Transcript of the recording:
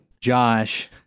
Josh